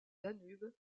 danube